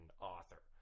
author